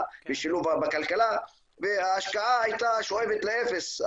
ושילוב בכלכלה וההשקעה הייתה שואפת לאפס.